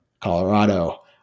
Colorado